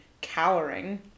cowering